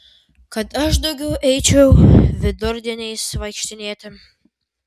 kad aš daugiau eičiau vidurdieniais vaikštinėti